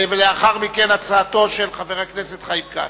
ולאחר מכן הצעתו של חבר הכנסת חיים כץ.